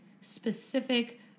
specific